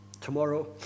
tomorrow